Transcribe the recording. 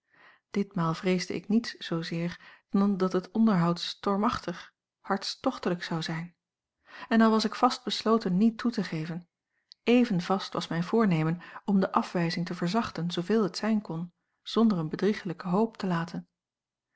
ditmaal vreesde ik niets zoozeer dan dat het onderhoud stormachtig hartstochtelijk zou zijn en al was ik vast besloten niet toe te geven even vast was mijn voornemen om de afwijzing te verzachten zooveel het zijn kon zonder eene bedriegehjke hoop te laten